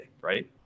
right